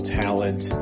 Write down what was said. talent